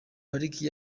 pariki